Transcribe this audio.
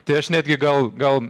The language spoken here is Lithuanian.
tai aš netgi gal gal